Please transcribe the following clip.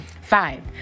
Five